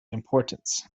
importance